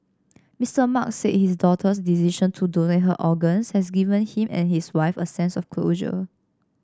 Mister Mark said his daughter's decision to donate her organs has given him and his wife a sense of closure